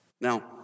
Now